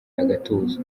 agatuza